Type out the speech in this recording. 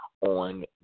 on